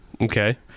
Okay